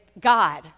God